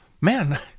man